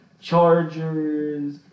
Chargers